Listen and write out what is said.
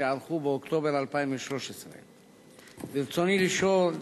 שייערכו באוקטובר 2013. ברצוני לשאול: